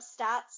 stats